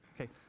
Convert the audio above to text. Okay